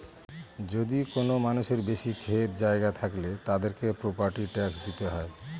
যদি কোনো মানুষের বেশি ক্ষেত জায়গা থাকলে, তাদেরকে প্রপার্টি ট্যাক্স দিতে হয়